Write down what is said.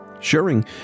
sharing